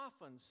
often